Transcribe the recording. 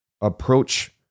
approach